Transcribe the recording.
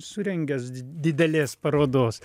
surengęs didelės parodos